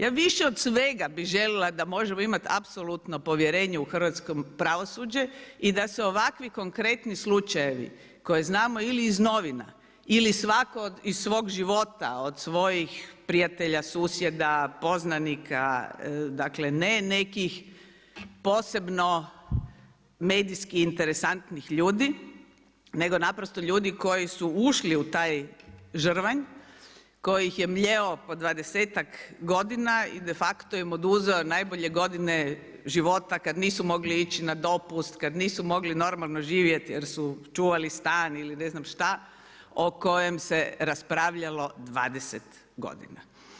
Ja više od svega bi željela da možemo imati apsolutno povjerenje u hrvatsko pravosuđe i da se ovakvi konkretni slučajevi, koje znamo ili iz novina ili svatko iz svog života, od svojih prijatelja, susjeda, poznanika, dakle, ne nekih posebno medijskih interesantnih ljudi, nego naprosto ljudi koji su ušli u taj žrvanj koji ih je mljeo po 20-tak godina i de facto im oduzeo najbolje godine života kad nisu mogli ići na dopust, kad nisu mogli normalno živjeti jer su čuvali stan ili ne znam šta o kojem se raspravljalo 20 godina.